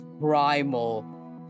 primal